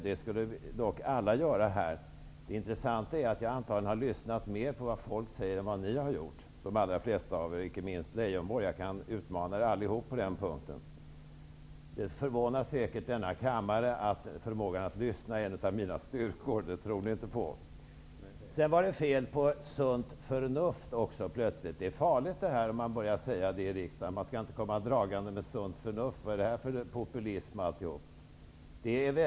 Det borde dock alla göra här. Det intressanta är att jag antagligen har lyssnat mer på vad folk säger än de allra flesta av er har gjort, inte minst Lars Leijonborg. Jag kan utmana er allihop på den punkten. Det förvånar säkert denna kammare att förmågan att lyssna är en av mina styrkor. Det tror ni inte på. Plötsligt var det fel på sunt förnuft. Det är farligt när man börjar tala om sunt förnuft i riksdagen. Man skall inte komma dragande med sunt förnuft. Vad är det för populism? brukar det heta.